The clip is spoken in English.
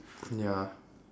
ya